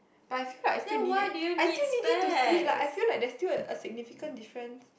but I feel like I still it I still need it to see like I feel like there's a significant different